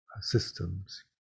systems